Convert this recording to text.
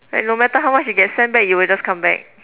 like no matter how much you get send back you will just come back